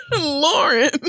Lauren